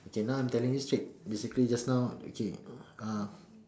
okay now I'm telling you straight basically just now okay uh